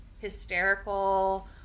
hysterical